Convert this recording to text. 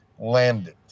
landed